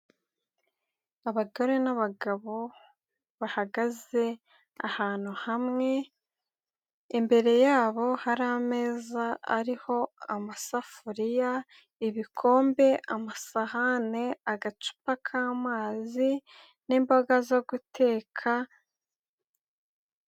Abagore n'abagabo bahagaze ahantu hamwe, imbere yabo hari ameza ariho amasafuriya, ibikombe, amasahani, agacupa k'amazi n'imboga zo guteka.